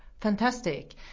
Fantastic